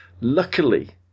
luckily